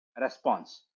response